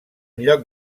lloc